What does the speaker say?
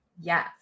Yes